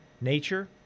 nature